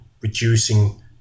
reducing